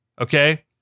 okay